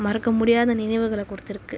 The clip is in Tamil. மறக்க முடியாத நினைவுகளை கொடுத்துருக்கு